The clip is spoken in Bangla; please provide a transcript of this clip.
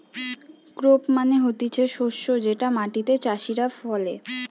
ক্রপ মানে হতিছে শস্য যেটা মাটিতে চাষীরা ফলে